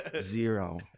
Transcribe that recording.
Zero